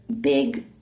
big